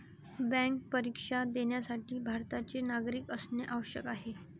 bank परीक्षा देण्यासाठी भारताचे नागरिक असणे आवश्यक आहे